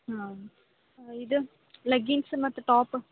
ಹಾಂ ಇದು ಲಗ್ಗಿನ್ಸ್ ಮತ್ತು ಟಾಪ್